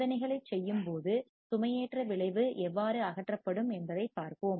சோதனைகளைச் செய்யும்போது சுமையேற்ற விளைவு எவ்வாறு அகற்றப்படும் என்பதைப் பார்ப்போம்